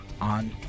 on